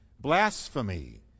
blasphemy